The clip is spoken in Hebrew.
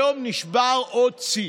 היום נשבר עוד שיא: